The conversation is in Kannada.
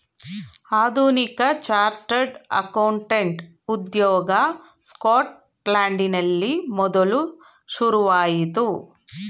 ಆಧುನಿಕ ಚಾರ್ಟೆಡ್ ಅಕೌಂಟೆಂಟ್ ಉದ್ಯೋಗ ಸ್ಕಾಟ್ಲೆಂಡಿನಲ್ಲಿ ಮೊದಲು ಶುರುವಾಯಿತು